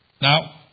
Now